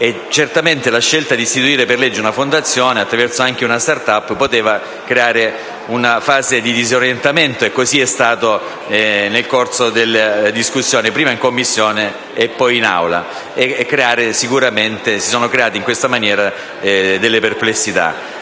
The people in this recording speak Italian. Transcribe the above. certamente la scelta di istituire per legge una fondazione, attraverso anche una *start-up*, poteva creare una fase di disorientamento, e così è stato nel corso della discussione, prima in Commissione e poi in Aula. Sono nate in tal modo diverse perplessità.